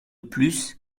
plus